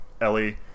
Ellie